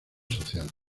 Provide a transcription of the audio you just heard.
social